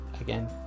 again